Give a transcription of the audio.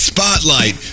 Spotlight